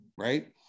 Right